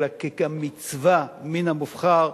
אלא גם כמצווה מן המובחר,